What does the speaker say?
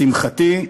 לשמחתי,